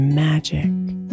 magic